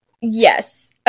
Yes